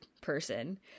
person